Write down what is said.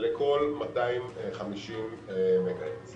לכל 250. זה